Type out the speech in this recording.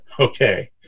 Okay